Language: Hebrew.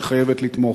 שחייבת לתמוך.